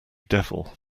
devil